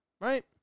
Right